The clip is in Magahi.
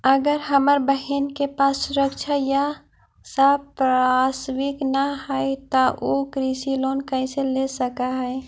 अगर हमर बहिन के पास सुरक्षा या संपार्श्विक ना हई त उ कृषि लोन कईसे ले सक हई?